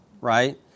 right